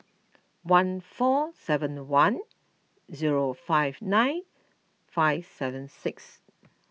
one four seven one zero five nine five seven six